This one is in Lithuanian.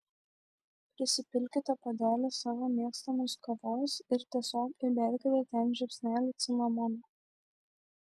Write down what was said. prisipilkite puodelį savo mėgstamos kavos ir tiesiog įberkite ten žiupsnelį cinamono